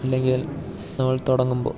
അല്ലെങ്കിൽ നമ്മൾ തുടങ്ങുമ്പോൾ